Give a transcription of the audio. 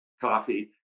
coffee